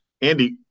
Andy